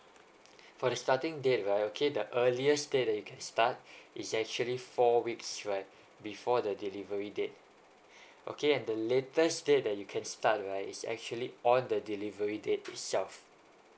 for the starting date right okay the earliest day that they can start is actually four weeks right before the delivery date okay and the latest day that you can start right is actually all the delivery date itself